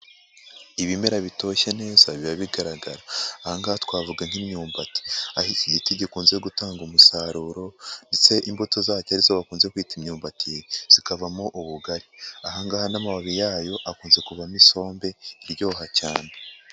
Ibimera bitoshye neza biba bigaragara. Aha ngaha twavuga nk'imyumbati. Aho iki giti gikunze gutanga umusaruro, ndetse imbuto zacyo arizo bakunze kwita imyumbati, zikavamo ubugari. Aha ngaha n'amababi yayo akunze kuvamo isombe iryoha cyane.